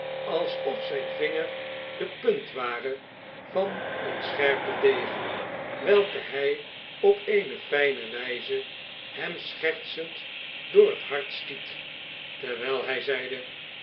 alsof zyn vinger de punt ware van een scherpen degen welke hy op eene fijne wijze hem schertsend door het hart stiet terwyl hy zeide